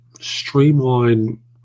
streamline